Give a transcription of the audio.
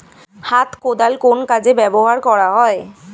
হাত কোদাল কোন কাজে ব্যবহার করা হয়?